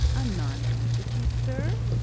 a nonentity, sir?